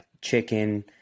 chicken